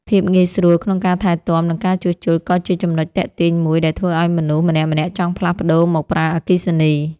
ភាពងាយស្រួលក្នុងការថែទាំនិងការជួសជុលក៏ជាចំណុចទាក់ទាញមួយដែលធ្វើឱ្យមនុស្សម្នាក់ៗចង់ផ្លាស់ប្តូរមកប្រើអគ្គិសនី។